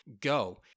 go